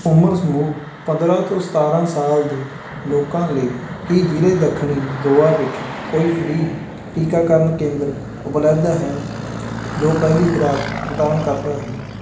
ਉਮਰ ਸਮੂਹ ਪੰਦਰਾਂ ਤੋਂ ਸਤਾਰਾਂ ਸਾਲ ਦੇ ਲੋਕਾਂ ਲਈ ਕੀ ਜ਼ਿਲ੍ਹੇ ਦੱਖਣੀ ਗੋਆ ਵਿੱਚ ਕੋਈ ਫ੍ਰੀ ਟੀਕਾਕਰਨ ਕੇਂਦਰ ਉਪਲਬਧ ਹੈ ਜੋ ਪਹਿਲੀ ਖੁਰਾਕ ਪ੍ਰਦਾਨ ਕਰਦਾ ਹੈ